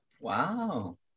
Wow